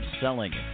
selling